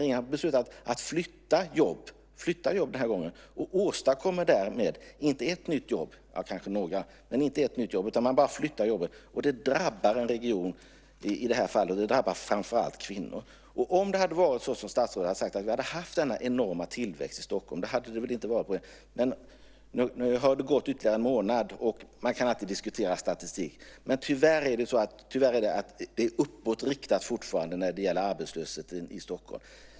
Den här gången har regeringen beslutat att flytta jobb och åstadkommer därmed inte ett nytt jobb - ja, kanske några - och det drabbar en region och i det här fallet framför allt kvinnor. Om det hade varit så att vi hade haft den enorma tillväxt i Stockholm som statsrådet talar om hade det inte varit några problem. Man kan alltid diskutera statistik, men tyvärr är den fortfarande uppåtriktad när det gäller arbetslösheten i Stockholm.